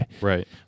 Right